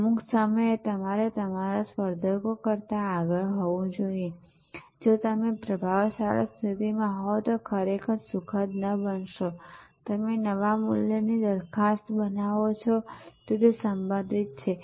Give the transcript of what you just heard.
અમુક સમયે તમારે તમારા સ્પર્ધકો કરતાં આગળ હોવુ જોઈએ અને જો તમે પ્રભાવશાળી સ્થિતિમાં હોવ તો ખરેખર સુખદ ન બનશો તમે નવા મૂલ્યની દરખાસ્ત બનાવો છો તે સંબંધિત છે